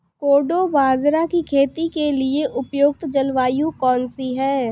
कोडो बाजरा की खेती के लिए उपयुक्त जलवायु कौन सी है?